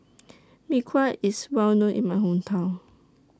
Mee Kuah IS Well known in My Hometown